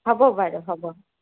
হ'ব বাৰু হ'ব